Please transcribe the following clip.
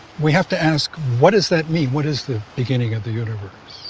we have to ask what does that mean? what is the beginning of the universe.